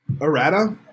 errata